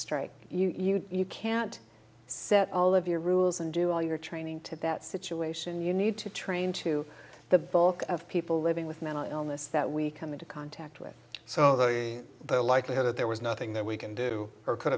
strike you can't set all of your rules and do all your training to that situation you need to train to the bulk of people living with mental illness that we come into contact with so the likelihood that there was nothing that we can do or could